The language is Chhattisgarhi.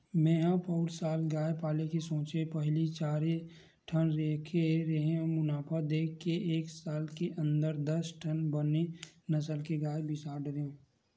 मेंहा पउर साल गाय पाले के सोचेंव पहिली चारे ठन रखे रेहेंव मुनाफा देख के एके साल के अंदर दस ठन बने नसल के गाय बिसा डरेंव